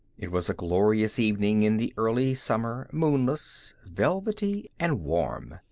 it was a glorious evening in the early summer, moonless, velvety, and warm.